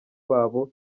babo